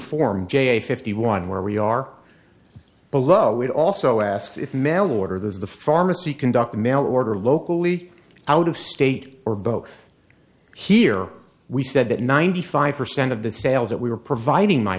form j a fifty one where we are below it also asked if mail order the pharmacy conduct a mail order locally out of state or both here we said that ninety five percent of the sales that we were providing my